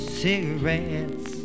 cigarettes